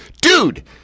dude